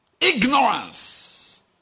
ignorance